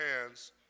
hands